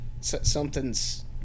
something's